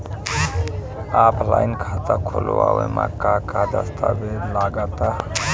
Offline खाता खुलावे म का का दस्तावेज लगा ता?